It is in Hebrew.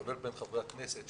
כולל בין חברי הכנסת,